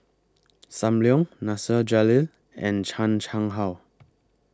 SAM Leong Nasir Jalil and Chan Chang How